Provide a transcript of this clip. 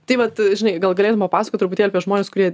tai vat žinai gal galėtum papasakot truputį apie žmones kurie